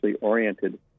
oriented